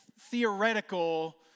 theoretical